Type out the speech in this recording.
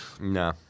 No